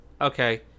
Okay